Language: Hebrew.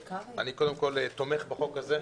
אני קודם כל תומך בחוק הזה.